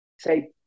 say